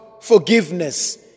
forgiveness